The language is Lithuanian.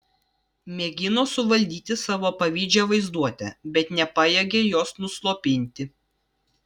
mėgino suvaldyti savo pavydžią vaizduotę bet nepajėgė jos nuslopinti